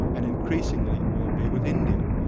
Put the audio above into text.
and increasingly it will be with india.